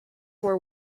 were